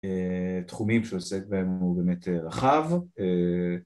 תחומים שהוא עוסק בהם הוא באמת רחב